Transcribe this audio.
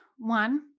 One